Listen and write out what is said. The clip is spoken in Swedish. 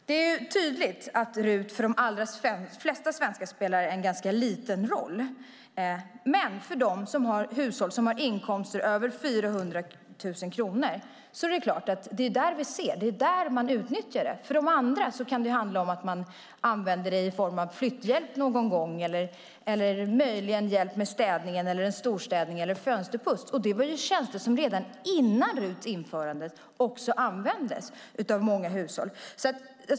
Det är tydligt att RUT-avdraget för de allra flesta svenskar spelar en ganska liten roll. Men det är hushåll med inkomster på över 400 000 kronor som utnyttjar det. För andra hushåll kan det handla om att man använder det om man anlitar flytthjälp någon gång eller behöver hjälp med städning, storstädning eller fönsterputs någon gång. Det var tjänster som redan innan RUT-avdraget infördes utnyttjades av många hushåll.